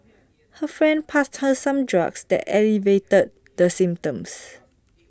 her friend passed her some drugs that alleviated the symptoms